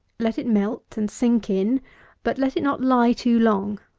let it melt, and sink in but let it not lie too long.